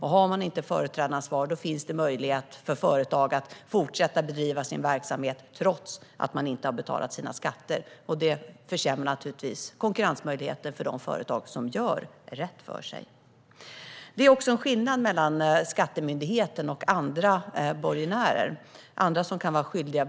Har man inte företrädaransvar finns det möjlighet för företag att fortsätta bedriva sina verksamheter trots att de inte har betalat sina skatter. Det försämrar naturligtvis konkurrensmöjligheten för de företag som gör rätt för sig. Det är en skillnad mellan skattemyndigheten och andra borgenärer.